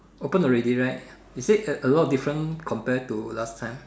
open already right is it a lot different compared to last time